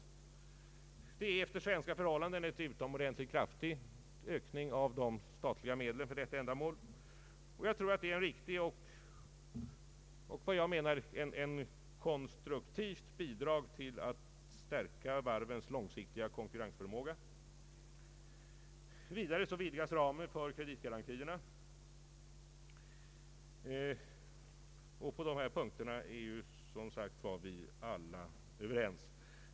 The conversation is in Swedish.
Det är en efter svenska förhållanden utomordentligt kraftig ökning av det statliga anslaget för detta ändamål, och jag tror att det är ett riktigt och konstruktivt bidrag till att stärka varvens långsiktiga konkurrensförmåga. Vidare vidgas ramen för kreditgarantierna, och på dessa punkter är vi som sagt alla överens.